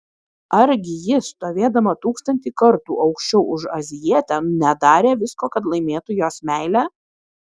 argi ji stovėdama tūkstantį kartų aukščiau už azijietę nedarė visko kad laimėtų jos meilę